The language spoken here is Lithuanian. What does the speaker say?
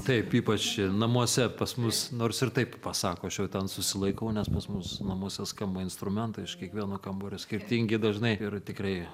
taip ypač namuose pas mus nors ir taip pasako aš jau ten susilaikau nes pas mus namuose skamba instrumentai iš kiekvieno kambario skirtingi dažnai ir tikrai